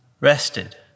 Rested